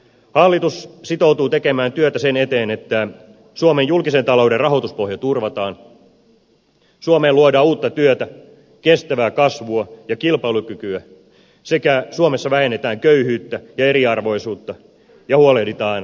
hallitus sitoutuu tekemään työtä sen eteen että suomen julkisen talouden rahoituspohja turvataan suomeen luodaan uutta työtä kestävää kasvua ja kilpailukykyä sekä suomessa vähennetään köyhyyttä ja eriarvoisuutta ja huolehditaan kaikkein heikoimmista